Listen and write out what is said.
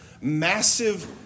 massive